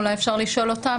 אולי אפשר לשאול אותם,